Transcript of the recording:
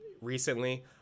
recently